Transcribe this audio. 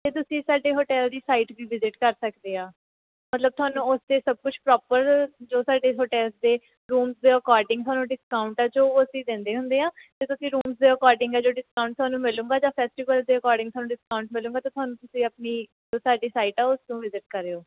ਅਤੇ ਤੁਸੀਂ ਸਾਡੇ ਹੋਟੇਲ ਦੀ ਸਾਈਟ ਵੀ ਵਿਜ਼ਿਟ ਕਰ ਸਕਦੇ ਆ ਮਤਲਬ ਤੁਹਾਨੂੰ ਉਸਤੇ ਸਭ ਕੁਝ ਪਰੋਪਰ ਜੋ ਸਾਡੇ ਹੋਟੇਲਜ਼ ਦੇ ਰੂਮਜ਼ ਦੇ ਅਕੋਡਿੰਗ ਤੁਹਾਨੂੰ ਡਿਸਕਾਊਂਟ ਹੈ ਜੋ ਅਸੀਂ ਦਿੰਦੇ ਹੁੰਦੇ ਹਾਂ ਅਤੇ ਤੁਸੀਂ ਰੂਮਜ਼ ਦੇ ਅਕੋਡਿੰਗ ਹੈ ਜੋ ਡਿਸਕਾਊਂਟ ਤੁਹਾਨੂੰ ਮਿਲੂਗਾ ਜਾਂ ਫੈਸਟੀਵਲਜ਼ ਦੇ ਅਕੋਡਿੰਗ ਤੁਹਾਨੂੰ ਡਿਸਕਾਊਂਟ ਮਿਲੂਗਾ ਅਤੇ ਤੁਹਾਨੂੰ ਤੁਸੀਂ ਆਪਣੀ ਸਾਡੀ ਸਾਈਟ ਹੈ ਉਸ ਤੋਂ ਵਿਜ਼ਿਟ ਕਰਿਓ